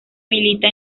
milita